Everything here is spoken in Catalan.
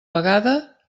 vegada